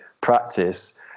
practice